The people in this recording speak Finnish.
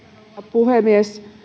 puhemies